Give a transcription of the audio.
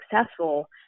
successful